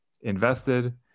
invested